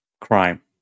crime